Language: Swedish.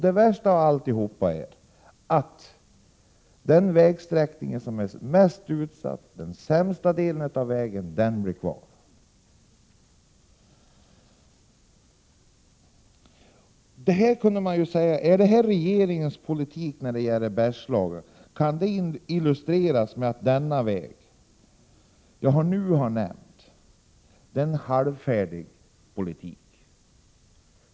Det värsta av allt är att den vägsträckning som är mest trafikerad och som också är den sämsta får vänta. Är detta regeringens politik när det gäller Bergslagen, måste jag beträffande den väg som jag nyss har nämnt säga att det är fråga om en halvfärdig politik.